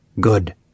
GOOD